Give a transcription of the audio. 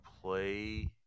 play